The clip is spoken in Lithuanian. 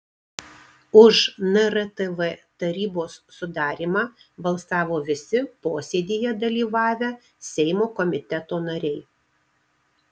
už nrtv tarybos sudarymą balsavo visi posėdyje dalyvavę seimo komiteto nariai